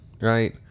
right